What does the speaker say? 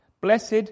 Blessed